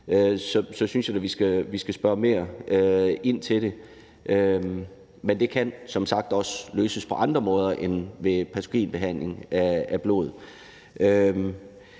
så synes jeg da, vi skal spørge mere ind til det. Men det kan som sagt også løses på andre måder end ved patogenreducerende behandling af blodet.